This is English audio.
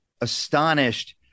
astonished